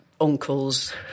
uncles